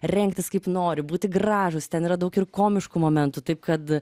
rengtis kaip nori būti gražūs ten yra daug ir komiškų momentų taip kad